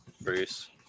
Bruce